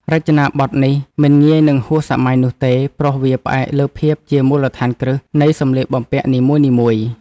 រចនាប័ទ្មនេះមិនងាយនឹងហួសសម័យនោះទេ ព្រោះវាផ្អែកលើភាពជាមូលដ្ឋានគ្រឹះនៃសម្លៀកបំពាក់នីមួយៗ។